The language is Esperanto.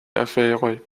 aferoj